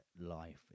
life